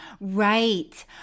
Right